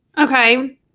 okay